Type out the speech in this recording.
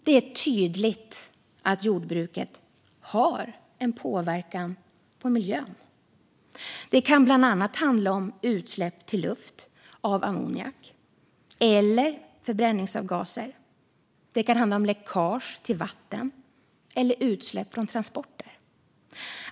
Det är tydligt att jordbruket har en påverkan på miljön. Det kan bland annat handla om utsläpp till luft av ammoniak eller förbränningsavgaser. Det kan handla om läckage till vatten eller utsläpp från transporter.